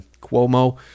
Cuomo